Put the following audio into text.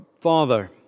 Father